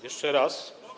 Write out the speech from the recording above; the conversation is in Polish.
Jeszcze raz.